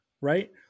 right